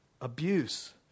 Abuse